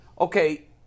Okay